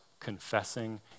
Confessing